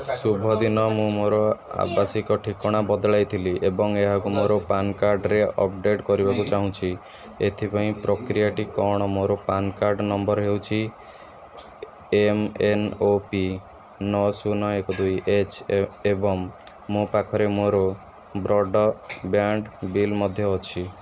ଶୁଭଦିନ ମୁଁ ମୋର ଆବାସିକ ଠିକଣା ବଦଳାଇଥିଲି ଏବଂ ଏହାକୁ ମୋର ପାନ୍ କାର୍ଡ଼୍ରେ ଅପଡ଼େଟ୍ କରିବାକୁ ଚାହୁଁଛି ଏଥିପାଇଁ ପ୍ରକ୍ରିୟାଟି କ'ଣ ମୋର ପାନ୍ କାର୍ଡ଼୍ ନମ୍ବର୍ ହେଉଛି ଏମ୍ ଏନ୍ ଓ ପି ନଅ ଶୂନ ଏକ ଦୁଇ ଏଚ୍ ଏ ଏବଂ ମୋ ପାଖରେ ମୋର ବ୍ରଡ଼ବ୍ୟାଣ୍ଡ ବିଲ୍ ମଧ୍ୟ ଅଛି